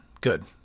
Good